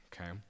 okay